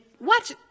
watch